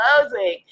Closing